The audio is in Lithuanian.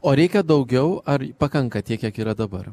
o reikia daugiau ar pakanka tiek kiek yra dabar